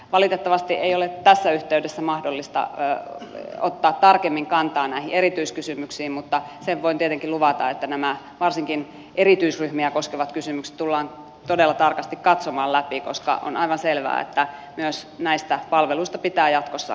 valitettavasti ei ole tässä yhteydessä mahdollista ottaa tarkemmin kantaa näihin erityiskysymyksiin mutta sen voin tietenkin luvata että nämä varsinkin erityisryhmiä koskevat kysymykset tullaan todella tarkasti katsomaan läpi koska on aivan selvää että myös näistä palveluista pitää jatkossa huolehtia